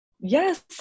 Yes